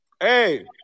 hey